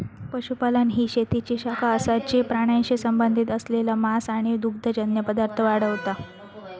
पशुपालन ही शेतीची शाखा असा जी प्राण्यांशी संबंधित असलेला मांस आणि दुग्धजन्य पदार्थ वाढवता